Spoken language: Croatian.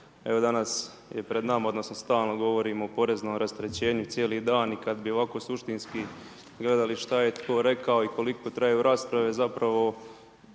Danas je pred nama, odnosno, stalno govorimo o poreznom rasterećenju cijeli dan i kako ovako suštinski gledali šta je tko rekao i koliko traju rasprave, zapravo